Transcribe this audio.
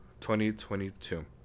2022